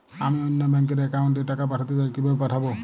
আমি অন্য ব্যাংক র অ্যাকাউন্ট এ টাকা পাঠাতে চাই কিভাবে পাঠাবো?